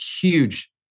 huge